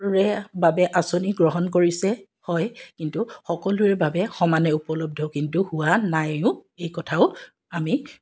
ৰে বাবে আঁচনি গ্ৰহণ কৰিছে হয় কিন্তু সকলোৰে বাবে সমানে উপলব্ধ কিন্তু হোৱা নায়ো এই কথাও আমি